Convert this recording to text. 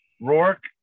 Rourke